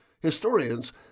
Historians